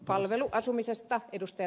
palveluasumisesta ed